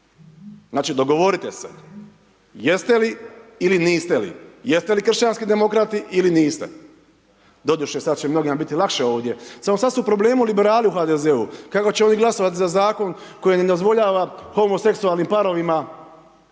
Znači, dogovorite se, jeste li ili niste li, jeste li kršćanski demokrati ili niste. Doduše, sada će mnogima biti lakše ovdje. Samo sad su problemi liberali u HDZ-u, kako će oni glasovati za Zakon koji nedozvoljava homoseksualnim parovima